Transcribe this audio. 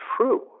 true